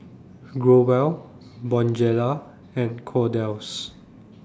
Growell Bonjela and Kordel's